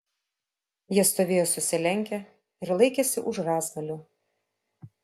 jie stovėjo susilenkę ir laikėsi už rąstgalių